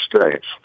states